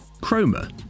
Chroma